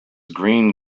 green